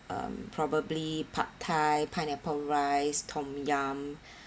um probably pad thai pineapple rice tom yum